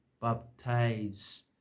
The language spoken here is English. Baptize